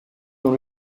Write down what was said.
dans